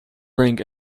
bring